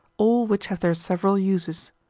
all which have their several uses.